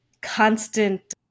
constant